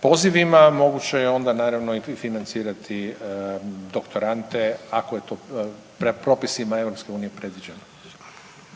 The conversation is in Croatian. pozivima moguće je onda naravno i financirati doktorante ako je to propisima EU predviđeno.